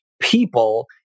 people